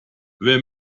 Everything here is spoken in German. wer